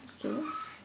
okay